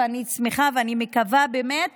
ואני שמחה ומקווה באמת